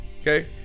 okay